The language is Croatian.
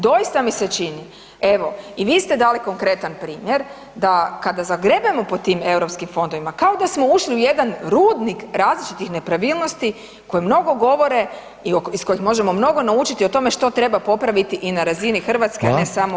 Doista mi se čini, evo i vi ste dali konkretan primjer da kada zagrebemo pod tim europskim fondovima, kao da smo ušli u jedan rudnik različitih nepravilnosti koje mnogo govore i iz kojih možemo mnogo naučiti o tome što treba popraviti i na razini Hrvatske a ne samo europskih fondova.